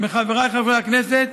מחבריי חברי הכנסת